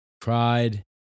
cried